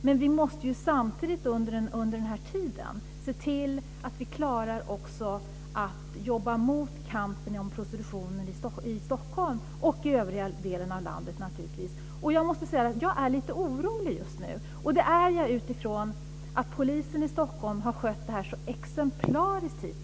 Men vi måste samtidigt motarbeta prostitutionen i Stockholm och naturligtvis också i den övriga delen av landet. Jag måste säga att jag just nu är lite orolig, trots att polisen i Stockholm hitintills har skött det här så exemplariskt.